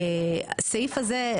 הסעיף הזה,